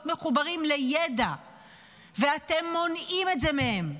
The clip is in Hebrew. מחוברים לידע ואתם מונעים את זה מהם.